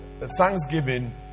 Thanksgiving